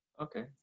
Okay